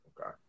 okay